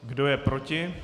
Kdo je proti?